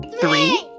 Three